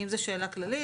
אם זו שאלה כללית.